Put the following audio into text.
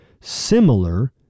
similar